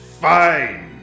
fine